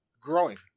growing